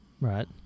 Right